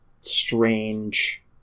strange